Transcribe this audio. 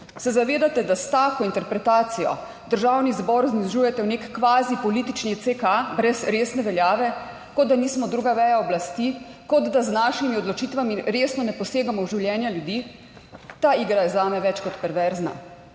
Se zavedate, da s tako interpretacijo Državni zbor znižujete v neki kvazi politični CK brez resne veljave, kot da nismo druga veja oblasti, kot da z našimi odločitvami resno ne posegamo v življenja ljudi. Ta igra je zame več kot perverzna.